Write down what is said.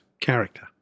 character